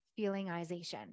feelingization